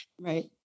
Right